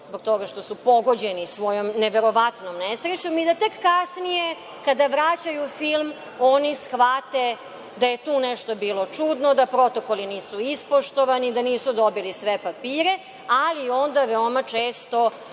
zbog toga što su pogođeni svojom neverovatnom nesrećom i tek kasnije, kada vraćaju film, oni shvate da je tu nešto bilo čudno, da protokoli nisu ispoštovani, da nisu dobili sve papire, ali ona veoma često